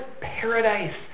paradise